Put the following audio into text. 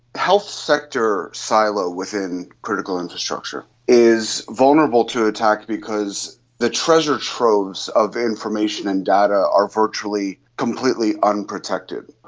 health sector silo within critical infrastructure is vulnerable to attack because the treasure troves of information and data are virtually completely unprotected.